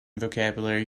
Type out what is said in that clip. vocabulary